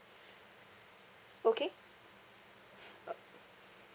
okay uh